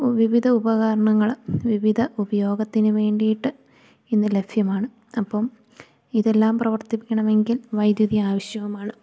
വിവിധ ഉപകരണങ്ങള് വിവിധ ഉപയോഗത്തിന് വേണ്ടിയിട്ട് ഇന്ന് ലഭ്യമാണ് അപ്പം ഇതെല്ലാം പ്രവർത്തിപ്പിക്കണമെങ്കിൽ വൈദ്യുതി ആവശ്യവുമാണ്